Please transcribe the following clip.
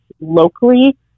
locally